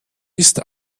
ist